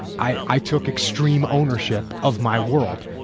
i i took extreme ownership of my world.